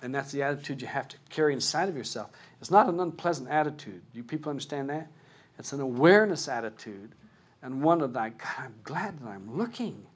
and that's the attitude you have to carry inside of yourself it's not an unpleasant attitude you people understand that it's an awareness attitude and one of the i'm glad that i'm looking